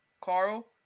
Carl